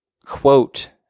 quote